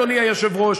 אדוני היושב-ראש,